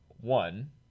one